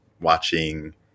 watching